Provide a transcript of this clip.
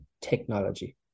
technology